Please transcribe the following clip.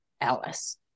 Alice